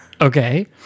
Okay